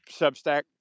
Substack